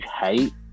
hate